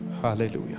hallelujah